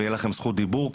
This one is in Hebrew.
ותהיה לכם זכות דיבור כמובן,